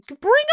bring